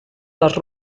les